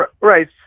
right